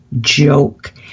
joke